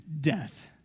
death